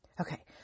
Okay